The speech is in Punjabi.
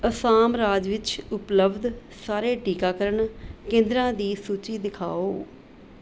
ਅਸਾਮ ਰਾਜ ਵਿੱਚ ਉਪਲਬਧ ਸਾਰੇ ਟੀਕਾਕਰਨ ਕੇਂਦਰਾਂ ਦੀ ਸੂਚੀ ਦਿਖਾਓ